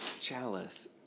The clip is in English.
Chalice